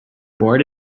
board